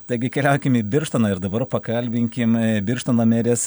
taigi keliaukim į birštoną ir dabar pakalbinkim birštono merės